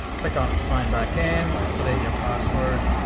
click on sign back in, put in your password,